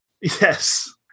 Yes